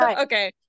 okay